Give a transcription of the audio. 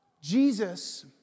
Jesus